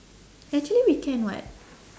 actually we can [what]